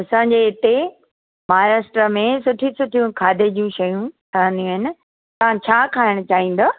असांजे हिते महाराष्ट्र में सुठियूं सुठियूं खाधे जी शयूं ठहंदी आहिनि तव्हां छा खाइणु चाहींदव